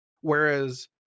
Whereas